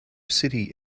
city